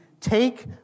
take